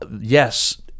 yes